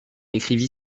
écrivit